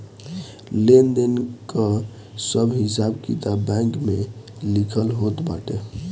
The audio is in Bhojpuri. लेन देन कअ सब हिसाब किताब बैंक में लिखल होत बाटे